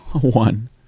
One